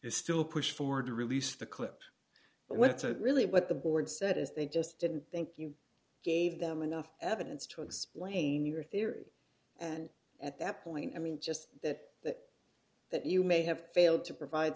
is still pushed forward to release the clip but it's a really what the board said is they just didn't think you gave them enough evidence to explain your theory and at that point i mean just that that you may have failed to provide